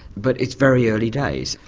but it's very early days.